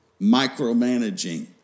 micromanaging